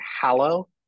Hallow